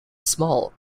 small